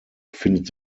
befindet